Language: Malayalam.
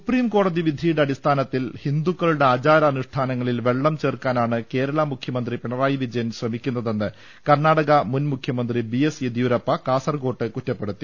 സുപ്രീം കോടതി വിധിയുടെ അടിസ്ഥാനത്തിൽ ഹിന്ദുക്കളുടെ ആചാരാനുഷ്ഠാനങ്ങളിൽ വെള്ളം ചേർക്കാനാണ് കേരള മുഖ്യമന്ത്രി പിണറായി വിജയൻ ശ്രമിക്കുന്നതെന്ന് കർണാടക മുൻ മുഖ്യമന്ത്രി ബിഎസ് യെദ്യൂരപ്പ കാസർകോട്ട് കുറ്റപ്പെടുത്തി